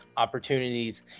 opportunities